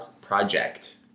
project